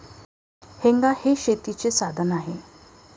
हेंगा हे शेतीचे साधन आहे